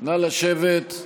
נא לשבת.